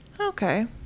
okay